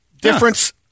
Difference